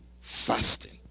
Fasting